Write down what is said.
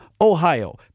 Ohio